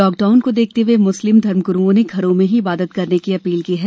lockdown को देखते हुए मुस्लिम धर्मग्रुओं ने घरों में ही इबादत करने की अपील की है